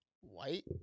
White